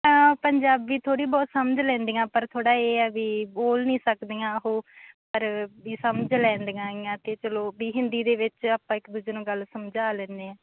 ਹਾਂ ਪੰਜਾਬੀ ਥੋੜ੍ਹੀ ਬਹੁਤ ਸਮਝ ਲੈਂਦੀਆਂ ਪਰ ਥੋੜ੍ਹਾ ਇਹ ਹੈ ਵੀ ਬੋਲ ਨਹੀਂ ਸਕਦੀਆਂ ਉਹ ਪਰ ਵੀ ਸਮਝ ਲੈਂਦੀਆਂ ਆ ਅਤੇ ਚਲੋ ਵੀ ਹਿੰਦੀ ਦੇ ਵਿੱਚ ਆਪਾਂ ਇੱਕ ਦੂਜੇ ਨੂੰ ਗੱਲ ਸਮਝਾ ਲੈਂਦੇ ਹਾਂ